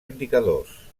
indicadors